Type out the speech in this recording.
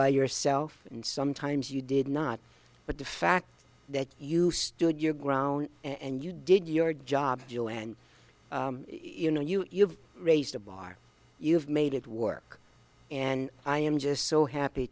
by yourself and sometimes you did not but the fact that you stood your ground and you did your job deal and you know you've raised the bar you've made it work and i am just so happy